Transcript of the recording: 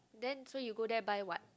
then so you go there buy what